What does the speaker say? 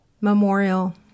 memorial